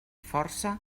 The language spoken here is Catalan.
força